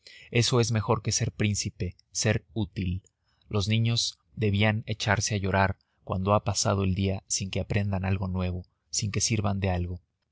eso es mejor que ser príncipe ser útil los niños debían echarse a llorar cuando ha pasado el día sin que aprendan algo nuevo sin que sirvan de algo